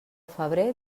febrer